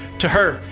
to her,